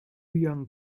young